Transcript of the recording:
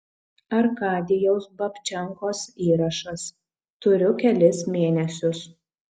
arkadijaus babčenkos įrašas turiu kelis mėnesius